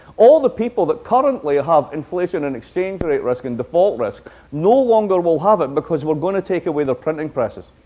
all the people that currently have inflation and exchange rate risk and default risk no longer will have it because we're going to take away their printing presses.